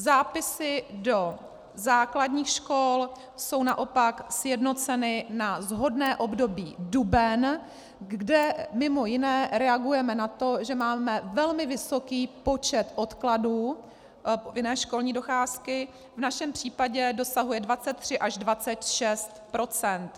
Zápisy do základních škol jsou naopak sjednoceny na shodné období duben, kde mimo jiné reagujeme na to, že máme velmi vysoký počet odkladů povinné školní docházky, v našem případě dosahují 23 až 26 %.